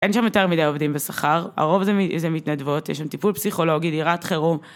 אין שם מטר מדי עובדים בשכר, הרוב זה מתנדבות, יש שם טיפול פסיכולוגי, דירת חירום.